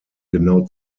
genau